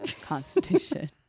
Constitution